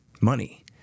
money